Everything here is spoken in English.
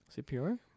cpr